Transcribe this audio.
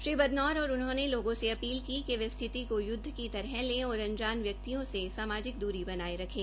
श्री बदनौर और उन्होंने लोगों से अपील की कि वे स्थिति को युद्ध की तरह लें और अनजान व्यक्तियों से सामाजिक दूरी बनाए रखें